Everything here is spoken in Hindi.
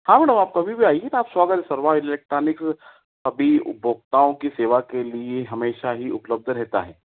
हाँ मैडम आप कभी भी आइए शर्मा इलेक्ट्रॉनिक्स सभी उपभोक्ताओं की सेवा के लिए हमेशा ही उपलब्ध रहता है